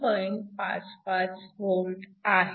55 V इतकी आहे